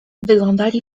wyglądali